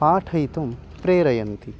पाठयितुं प्रेरयन्ति